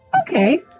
Okay